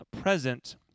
present